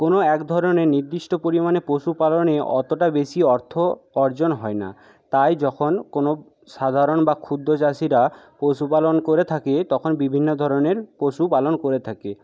কোন এক ধরনের নির্দিষ্ট পরিমাণে পশুপালনে অতটা বেশি অর্থ অর্জন হয় না তাই যখন কোনো সাধারণ বা ক্ষুদ্র চাষিরা পশুপালন করে থাকে তখন বিভিন্ন ধরনের পশুপালন করে থাকে